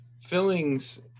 fillings